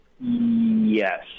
Yes